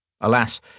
Alas